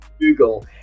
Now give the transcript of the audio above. Google